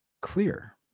clear